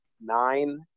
nine